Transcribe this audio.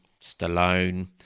Stallone